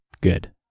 Good